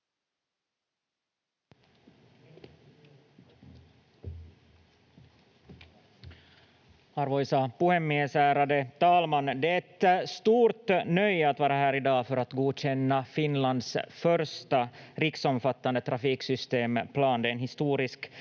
Arvoisa puhemies, ärade talman! Det är ett stort nöje att vara här i dag för att godkänna Finlands första riksomfattande trafiksystemplan. Det är en historisk